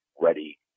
ready